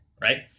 right